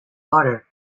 butter